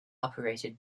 operated